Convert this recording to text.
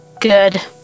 good